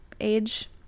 age